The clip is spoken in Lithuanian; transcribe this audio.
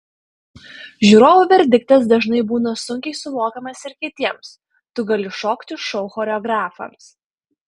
žiūrovų verdiktas dažnai būna sunkiai suvokiamas ir kitiems tu gali šokti šou choreografams